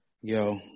Yo